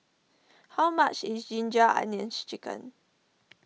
how much is Ginger Onions Chicken